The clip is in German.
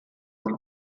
von